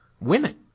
women